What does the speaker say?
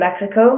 Mexico